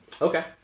Okay